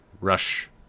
rush